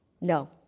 No